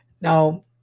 Now